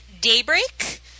Daybreak